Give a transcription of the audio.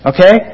Okay